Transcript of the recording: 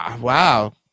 wow